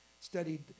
studied